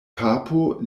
papo